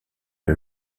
une